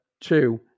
two